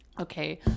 okay